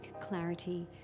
clarity